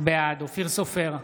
בעד אופיר סופר,